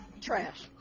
Trash